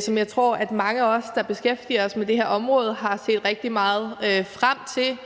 som jeg tror mange af os, der beskæftiger sig med det her område, har set rigtig meget frem til.